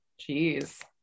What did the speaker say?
Jeez